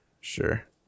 sure